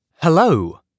Hello